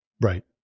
Right